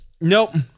nope